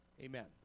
Amen